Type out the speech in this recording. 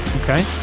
Okay